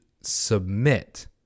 submit